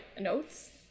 notes